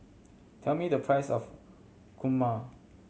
tell me the price of kurma